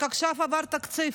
רק עכשיו עבר תקציב,